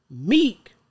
Meek